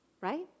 right